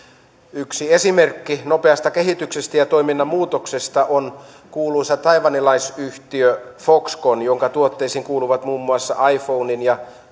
yksi esimerkki nopeasta kehityksestä ja toiminnan muutoksesta on kuuluisa taiwanilaisyhtiö foxconn jonka tuotteisiin kuuluvat muun muassa iphonen ja